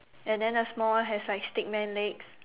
and then the small one has like stick man legs